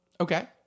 Okay